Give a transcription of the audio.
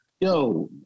yo